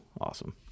Awesome